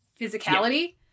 physicality